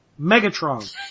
Megatron